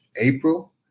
April